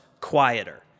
quieter